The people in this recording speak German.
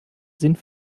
sind